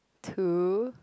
to